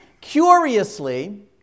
Curiously